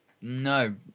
no